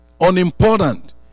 unimportant